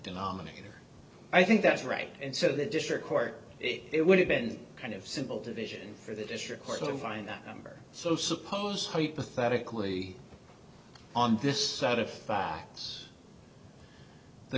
denominator i think that's right and so the district court it would have been kind of simple division for the district court to find that number so suppose hypothetically on this set of facts the